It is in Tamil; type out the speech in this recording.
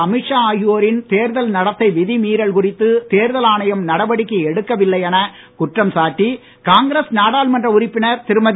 அமித்ஷா ஆகியோரின் தேர்தல் நடத்தை விதிமீறல் குறித்து தேர்தல் ஆணையம் நடவடிக்கை எடுக்கவில்லை என குற்றம் சாட்டி காங்கிரஸ் நாடாளுமன்ற உறுப்பினர் திருமதி